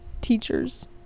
teachers